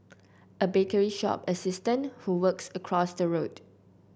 a bakery shop assistant who works across the road